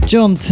John